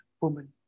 woman